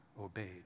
obeyed